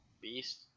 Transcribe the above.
beast